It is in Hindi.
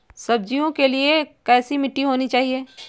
सब्जियों के लिए कैसी मिट्टी होनी चाहिए?